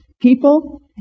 people